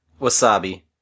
Wasabi